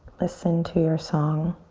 listen to your song.